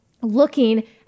looking